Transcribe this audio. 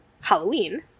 halloween